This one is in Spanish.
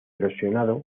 erosionado